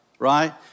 Right